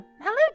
Hello